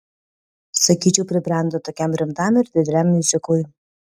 sakyčiau pribrendo tokiam rimtam ir dideliam miuziklui